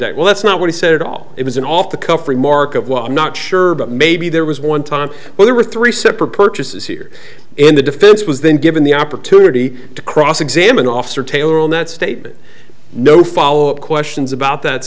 that well that's not what he said at all it was an off the cuff remark of well i'm not sure but maybe there was one time where there were three separate purchases here in the defense was then given the opportunity to cross examine the officer taylor on that statement no follow up questions about that